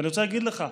ואני רוצה להגיד לך,